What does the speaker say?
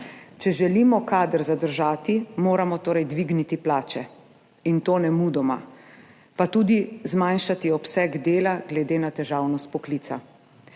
Če želimo kader zadržati, moramo torej dvigniti plače, in to nemudoma, pa tudi zmanjšati obseg dela glede na težavnost poklica.